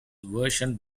version